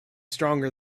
stronger